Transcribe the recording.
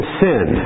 sin